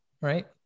right